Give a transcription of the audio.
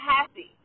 happy